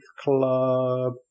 club